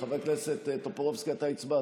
וחבר הכנסת קוז'ינוב.